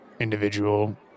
individual